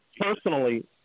personally